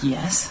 Yes